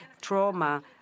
trauma